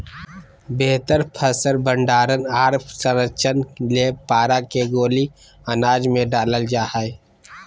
बेहतर फसल भंडारण आर संरक्षण ले पारा के गोली अनाज मे डालल जा हय